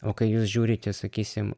o kai jūs žiūrite sakysim